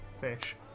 fish